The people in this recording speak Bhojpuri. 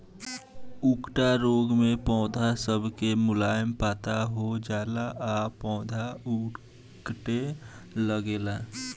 उकठा रोग मे पौध सब के मुलायम पत्ती हो जाला आ पौधा उकठे लागेला